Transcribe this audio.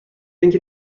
اینکه